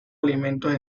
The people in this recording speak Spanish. alimentos